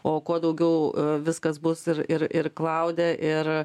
o kuo daugiau viskas bus ir ir ir klaude ir